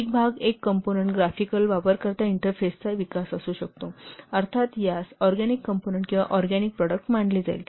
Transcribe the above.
एक भाग एक कंपोनंन्ट ग्राफिकल वापरकर्ता इंटरफेसचा विकास असू शकतो अर्थात यास ऑरगॅनिक कॉम्पोनन्ट किंवा ऑरगॅनिक प्रॉडक्ट मानले जाईल